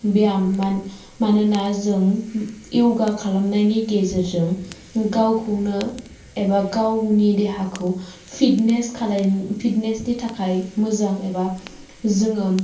व्यायम मानोना जों य'गा खालाम नायनि गेजेरजों गावखौनो एबा गावनि देहाखौ फिटनेसनि थाखाय मोजां एबा जोंङो